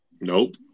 Nope